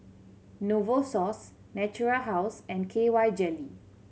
Novosource Natura House and K Y Jelly